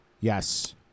yes